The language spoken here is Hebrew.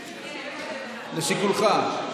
לשיקולך.